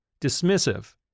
dismissive